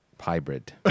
hybrid